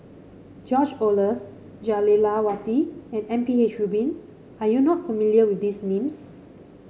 George Oehlers Jah Lelawati and M P H Rubin are you not familiar with these names